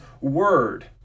word